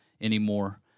anymore